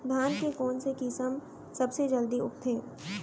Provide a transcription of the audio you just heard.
धान के कोन से किसम सबसे जलदी उगथे?